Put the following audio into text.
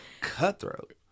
Cutthroat